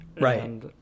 Right